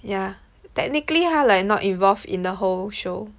yah technically 他 like not involved in the whole show